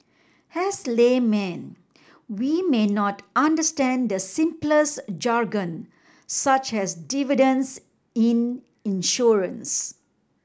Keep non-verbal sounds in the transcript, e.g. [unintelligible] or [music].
as laymen we may not understand the [unintelligible] jargon such as dividends in insurance